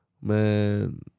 Man